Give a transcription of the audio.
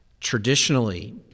Traditionally